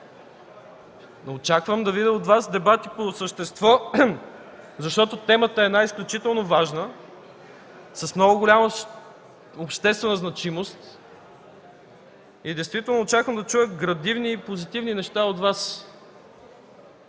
Очаквам да чуя от Вас дебати по същество, защото темата е изключително важна, с много голяма обществена значимост. Действително очаквам да чуя градивни и позитивни неща от Вас.